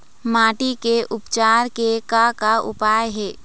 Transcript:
माटी के उपचार के का का उपाय हे?